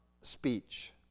speech